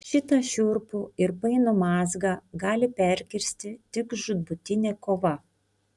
šitą šiurpų ir painų mazgą gali perkirsti tik žūtbūtinė kova